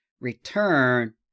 return